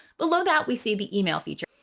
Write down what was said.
below that, we see the email feature.